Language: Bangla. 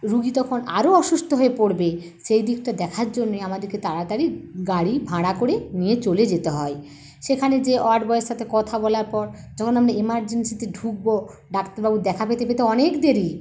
রুগী তখন আরও অসুস্থ হয়ে পরবে সেই দিকটা দেখার জন্য আমাদেরকে তাড়াতাড়ি গাড়ি ভাড়া করে নিয়ে চলে যেতে হয় সেখানে যেয়ে ওয়ার্ড বয়ের সাথে কথা বলার পর যখন আমি ইমার্জেন্সিতে ঢুকব ডাক্তারবাবু দেখা পেতে দেখা পেতে তো অনেক দেরি